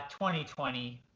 2020